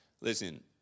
Listen